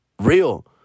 Real